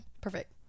Perfect